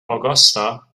augusta